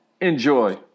enjoy